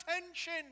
attention